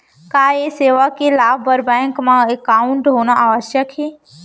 का ये सेवा के लाभ बर बैंक मा एकाउंट होना आवश्यक हे